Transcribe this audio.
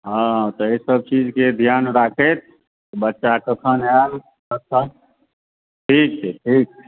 हँ तऽ ई सभ चीजके धियान राखैत बच्चा कखन आएल ठीक छै ठीक छै